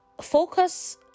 focus